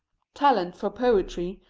talent for poetry,